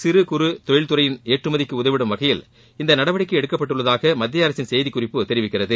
சிறு குறு தொழில்துறையின் ஏற்றுமதிக்கு உதவிடும் வகையில் இந்த நடவடிக்கை எடுக்கப்பட்டுள்ளதாக மத்தியஅரசின் செய்திக்குறிப்பு தெரிவிக்கிறது